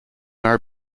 our